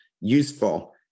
useful